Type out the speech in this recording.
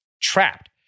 trapped